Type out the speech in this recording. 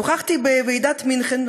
נכחתי בוועידת מינכן,